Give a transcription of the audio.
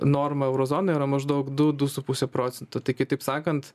norma euro zonoje yra maždaug du du su puse procento tai kitaip sakant